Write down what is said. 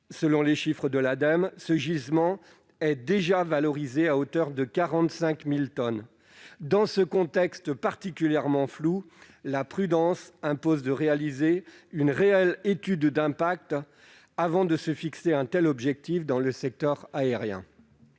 Selon les chiffres de l'Ademe, ce gisement est déjà valorisé à hauteur de 45 000 tonnes. Dans ce contexte particulièrement flou, la prudence commande de réaliser une réelle étude d'impact avant de se fixer un tel objectif pour le secteur aérien.